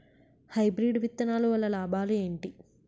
Hybrid విత్తనాలు వల్ల లాభాలు ఏంటి?